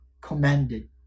commanded